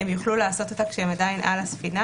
הם יוכל לעשות אותה כשהם עדיין על הספינה,